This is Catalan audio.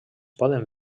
poden